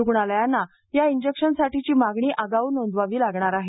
रूणालयांना या इंजेक्शनसाठीची मागणी आगाऊ नोंदवावी लागणार आहे